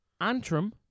Antrim